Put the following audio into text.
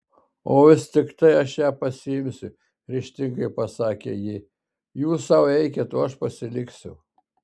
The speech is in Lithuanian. o vis tiktai aš ją pasiimsiu ryžtingai pasakė ji jūs sau eikit o aš pasiliksiu